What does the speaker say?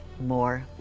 more